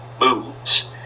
moves